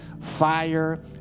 fire